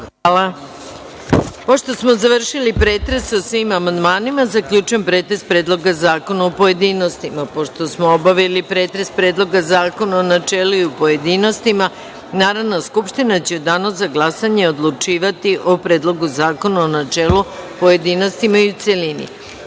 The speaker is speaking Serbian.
Pošto smo završili pretres o svim amandmanima, zaključujem pretres Predloga zakona u pojedinostima. Pošto smo obavili pretres Predloga zakona u načelu i u pojedinostima, Narodna skupština će u danu za glasanje odlučivati o Predlogu zakona u načelu, pojedinostima i u